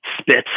spits